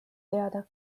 teada